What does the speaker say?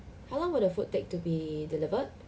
how long will the food take to be delivered